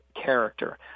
character